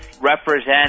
represent